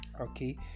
Okay